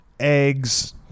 eggs